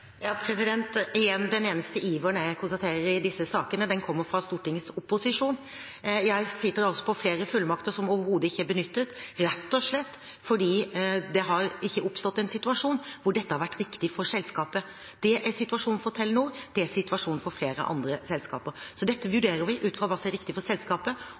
Igjen – den eneste iveren jeg konstaterer i disse sakene, er den som kommer fra Stortingets opposisjon. Jeg sitter altså på flere fullmakter som overhodet ikke er benyttet, rett og slett fordi det ikke har oppstått en situasjon hvor dette har vært viktig for selskapet. Det er situasjonen for Telenor, og det er situasjonen for flere andre selskaper, så dette vurderer vi ut fra hva som er riktig for selskapet,